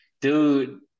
dude